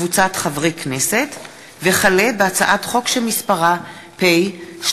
שולי מועלם-רפאלי, מירי רגב,